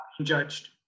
judged